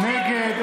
38 נגד,